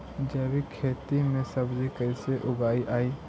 जैविक खेती में सब्जी कैसे उगइअई?